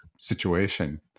situation